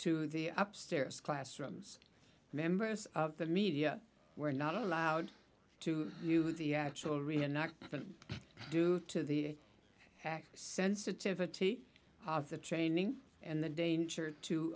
to the upstairs classrooms members of the media were not allowed to do the actual reenactment due to the act sensitivity of the training and the danger to